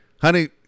Honey